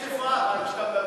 כשאתה מדבר,